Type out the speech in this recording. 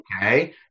okay